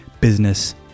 Business